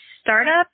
startup